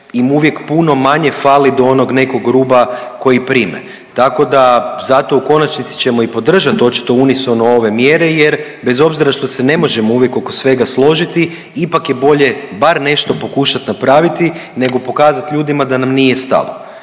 im uvijek puno manje fali do onog nekog ruba koji prime. Tako da zato u konačnici ćemo i podržati očito unisono ove mjere, jer bez obzira što se ne možemo uvijek oko svega složiti ipak je bolje bar nešto pokušati napraviti nego pokazati ljudima da nam nije stalo.